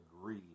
agree